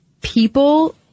people